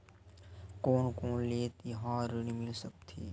कोन कोन ले तिहार ऋण मिल सकथे?